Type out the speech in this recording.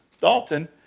Dalton